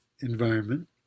environment